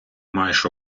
маєш